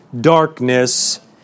darkness